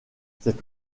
cet